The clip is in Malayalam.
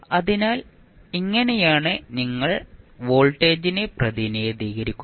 അതിനാൽ ഇങ്ങനെയാണ് നിങ്ങൾ വോൾട്ടേജിനെ പ്രതിനിധീകരിക്കുന്നത്